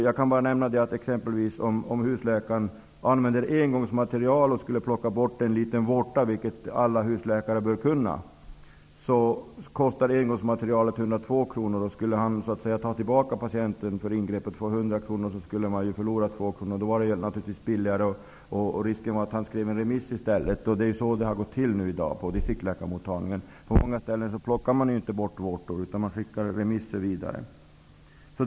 Jag kan som exempel nämna, att om husläkaren använder engångsmaterial och plockar bort en liten vårta, vilket alla husläkare bör kunna, kostar engångsmaterialet 102 kr. Skulle han ta emot patienten för ingreppet fick han 100 kr, och han skulle då förlora 2 kr. Risken finns att han skriver en remiss i stället, eftersom det är fördelaktigare. Det är så det har gått till på distriktsläkarmottagningar. På många ställen plockar man inte bort vårtor, utan man skickar vidare remisser.